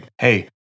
hey